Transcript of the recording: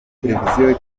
televiziyo